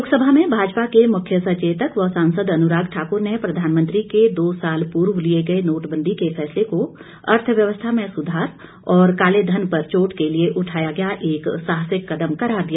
लोकसभा में भाजपा के मुख्य सचेतक व सांसद अनुराग ठाकुर ने प्रधानमंत्री के दो साल पूर्व लिए गए नोटबंद के फैसले को अर्थव्यवस्था में सुधार और काले धन पर चोट के लिए उठाया गया एक साहसिक कदम करार दिया